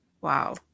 Wow